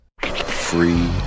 Free